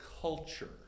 culture